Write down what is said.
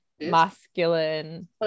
masculine